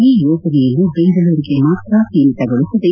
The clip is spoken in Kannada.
ಈ ಯೋಜನೆಯನ್ನು ಬೆಂಗಳೂರಿಗೆ ಮಾತ್ರ ಸೀಮಿತಗೊಳಿಸದೆ